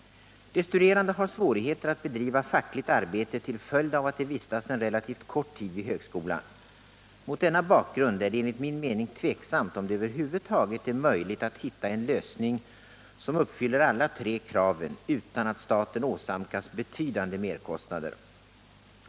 De studerande har svårigheter att bedriva fackligt arbete till följd av att de vistas en relativt kort tid vid högskolan. Mot denna bakgrund är det enligt min mening tveksamt om det över huvud taget är möjligt att hitta en lösning som uppfyller alla tre kraven utan att staten åsamkas betydande merkostnader.